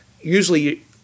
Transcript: usually